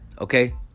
Okay